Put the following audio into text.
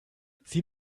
sieh